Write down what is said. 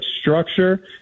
structure